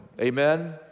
Amen